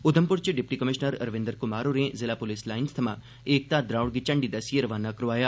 उधमपुर च deputy commissioner Ravinder Kumar होरें जिला पुलस लाईन थमां एकता द्रौड़ गी झंडी दस्सियै रवाना करोआया